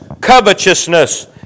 covetousness